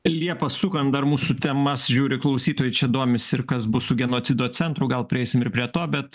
liepa sukam dar mūsų temas žiūri klausytojai čia domisi ir kas bus su genocido centru gal prieisim ir prie to bet